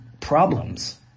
problems